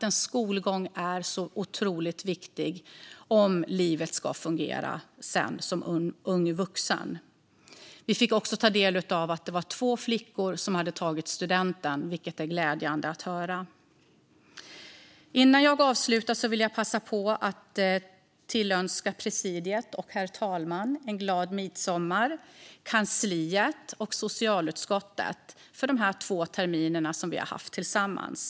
En skolgång är så otroligt viktig om livet som ung vuxen ska fungera. Vi fick också ta del av att två flickor hade tagit studenten, vilket var glädjande att höra. Innan jag avslutar vill jag passa på att tillönska presidiet och herr talmannen en glad midsommar och tacka kansliet och socialutskottet för de två terminer vi har haft tillsammans.